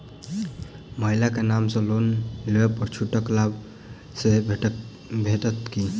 महिला केँ नाम सँ लोन लेबऽ पर छुटक लाभ सेहो भेटत की?